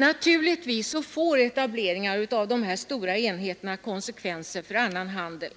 Naturligtvis får etableringar av de här stora enheterna konsekvenser för annan handel.